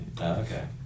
Okay